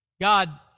God